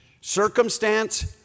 circumstance